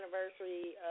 anniversary